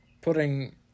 putting